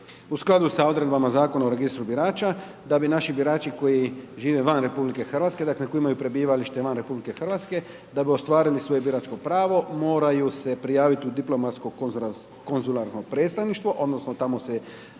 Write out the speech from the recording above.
U skladu sa odredbama Zakona o registru birača, da bi naši birači koji žive van RH, dakle, koji imaju prebivalište van RH da bi ostvarili svoje biračko pravo, moraju se prijavit u diplomatsko konzularno predstavništvo odnosno tamo se